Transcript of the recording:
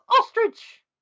Ostrich